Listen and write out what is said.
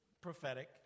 prophetic